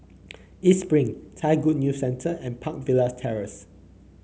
East Spring Thai Good News Centre and Park Villas Terrace